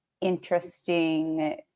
interesting